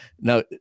Now